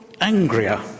angrier